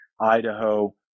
Idaho